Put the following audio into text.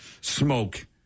smoke